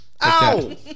Ow